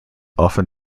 often